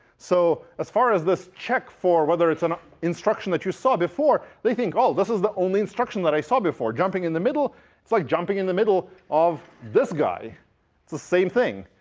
so as far as this check for whether it's an instruction that you saw before, they think, oh, this is the only instruction that i saw before. jumping in the middle is like jumping in the middle of this guy. it's the same thing.